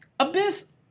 Abyss